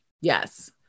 Yes